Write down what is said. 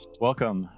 Welcome